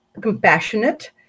compassionate